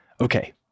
Okay